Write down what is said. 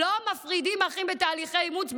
לא מפרידים אחים בתהליכי אימוץ,